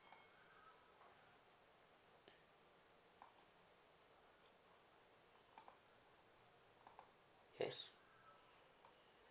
yes